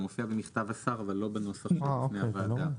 זה מופיע במכתב השר אבל לא בנוסח שבפני הוועדה.